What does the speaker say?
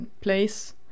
place